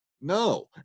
no